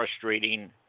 frustrating